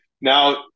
Now